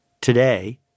Today